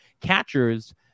Catchers